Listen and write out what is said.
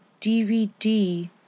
DVD